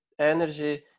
energy